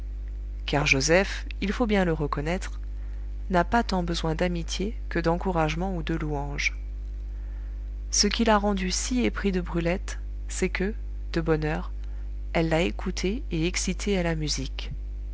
car joseph il faut bien le reconnaître n'a pas tant besoin d'amitié que d'encouragement ou de louange ce qui l'a rendu si épris de brulette c'est que de bonne heure elle l'a écouté et excité à la musique